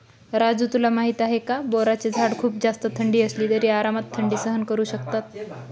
राजू तुला माहिती आहे का? बोराचे झाड खूप जास्त थंडी असली तरी आरामात थंडी सहन करू शकतात